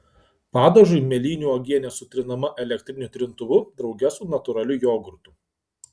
padažui mėlynių uogienė sutrinama elektriniu trintuvu drauge su natūraliu jogurtu